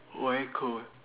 why cold